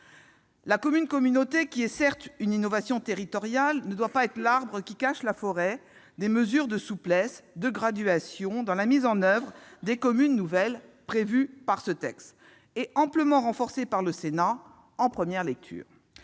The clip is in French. La commune-communauté, qui est certes une innovation territoriale, ne doit pas être l'arbre qui cache la forêt des mesures de souplesse et de graduation dans la mise en oeuvre des communes nouvelles prévues par ce texte et amplement renforcées par le Sénat en première lecture.